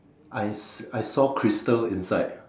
I I saw crystal inside